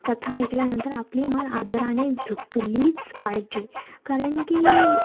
कथा ऐकल्यानंतर आपली मान आदराने झुकलीच पाहिजे कारण की